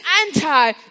anti